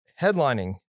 headlining